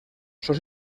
sol